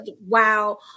wow